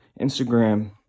Instagram